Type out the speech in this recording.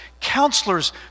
counselors